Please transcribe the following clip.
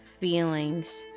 feelings